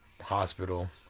hospital